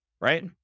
right